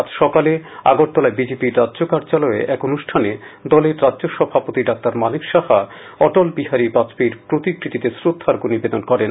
আজ সকালে আগরতলায় বিজেপির রাজ্য কার্যালয়ে এক অনুষ্ঠানে দলের রাজ্য সভাপতি ডাঃ মানিক সাহা অটলবিহারী বাজপেয়ীর প্রতিকৃতিতে শ্রদ্ধার্ঘ নিবেদন করেন